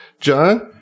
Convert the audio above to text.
john